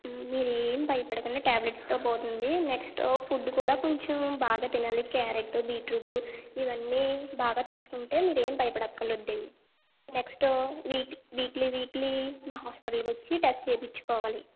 మీరు ఏం భయపడకండి టాబ్లెట్స్తో పోతుంది నెక్స్ట్ ఫుడ్ కూడా కొంచెం బాగా తినండి క్యారెట్ బీట్రూట్ ఇవన్నీ బాగా తీసుకుంటే మీరు ఏం భయపడక్కర్లేదు అండి నెక్స్ట్ వీక్ వీక్లీ మా హాస్పిటల్కి వచ్చి టెస్ట్ చేయించుకోవాలి